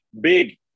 big